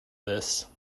this